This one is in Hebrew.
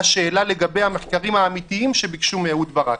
שאלה לגבי המחקרים האמיתיים שביקשו מאהוד ברק: